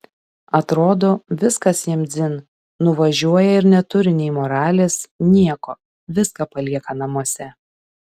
atrodo viskas jiems dzin nuvažiuoja ir neturi nei moralės nieko viską palieka namuose